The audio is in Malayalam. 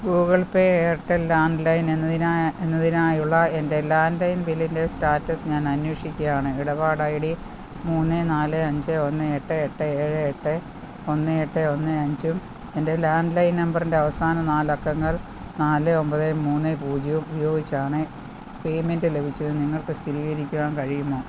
Google Pay Airtel landline എന്നതിനാ എന്നതിനായുള്ള എൻ്റെ ലാൻഡ് ലൈൻ ബില്ലിൻ്റെ സ്റ്റാറ്റസ് ഞാൻ അന്വേഷിക്കുകയാണ് ഇടപാട് ഐ ഡി മൂന്ന് നാല് അഞ്ച് ഒന്ന് എട്ട് എട്ട് ഏഴ് എട്ട് ഒന്ന് എട്ട് ഒന്ന് അഞ്ചും എൻ്റെ ലാൻഡ് ലൈൻ നമ്പറിൻ്റെ അവസാന നാലക്കങ്ങൾ നാല് ഒൻപത് മൂന്ന് പൂജ്യവും ഉപയോഗിച്ചാണ് പേയ്മെൻ്റ് ലഭിച്ചത് നിങ്ങൾക്ക് സ്ഥിരീകരിക്കുവാൻ കഴിയുമോ